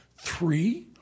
three